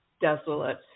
desolate